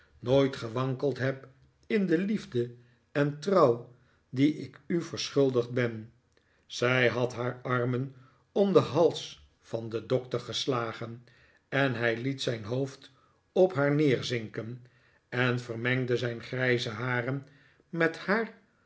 nooit gewankeld heb in de liefde en trouw die ik u verschuldigd ben zij had haar armen om den hals van den doctor geslagen en hij liet zijn hoofd op haar neerzinken en vermengde zijn grijze haren met haar